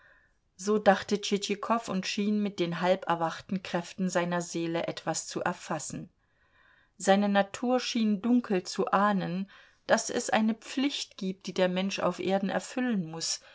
so dachte tschitschikow und schien mit den halb erwachten kräften seiner seele etwas zu erfassen seine natur schien dunkel zu ahnen daß es eine pflicht gibt die der mensch auf erden erfüllen muß